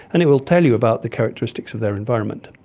and it will tell you about the characteristics of their environment.